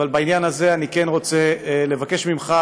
אבל בעניין הזה אני כן רוצה לבקש ממך,